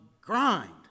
grind